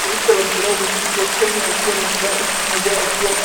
Shirika la msalaba mwekundu wa Kenya wakiwa na furaha huku mmoja akiwa